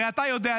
הרי אתה יודע,